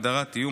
הגדרת איום),